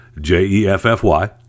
J-E-F-F-Y